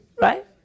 Right